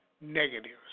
negatives